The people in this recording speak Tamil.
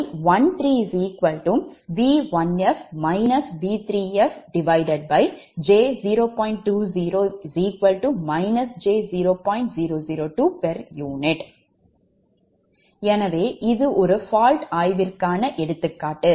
002 pu எனவே இது ஒரு fault ஆய்வுக்கான எடுத்துக்காட்டு